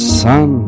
sun